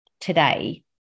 today